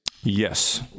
Yes